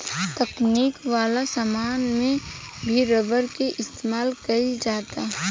तकनीक वाला समान में भी रबर के इस्तमाल कईल जाता